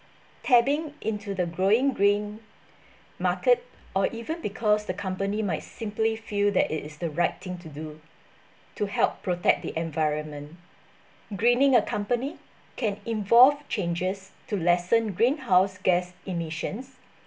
tapping into the growing green market or even because the company might simply feel that it is the right thing to do to help protect the environment greening a company can involve changes to lessen greenhouse gas emissions